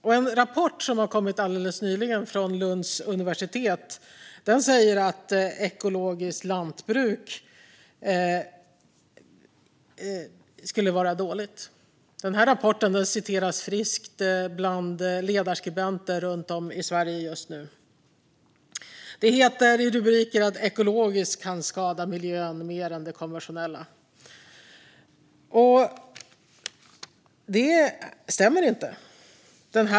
I en rapport som kom alldeles nyligen från Lunds universitet sägs att ekologiskt lantbruk skulle kunna vara dåligt. Den rapporten citeras friskt bland ledarskribenter runt om i Sverige just nu. Det heter i rubriker att ekologiskt kan skada miljön mer än det konventionella. Det stämmer inte.